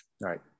Right